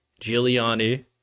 Giuliani